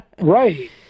Right